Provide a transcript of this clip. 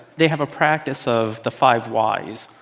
they have a practice of the five whys.